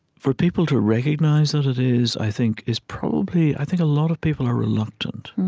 for people to recognize that it is, i think, is probably i think a lot of people are reluctant.